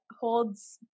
holds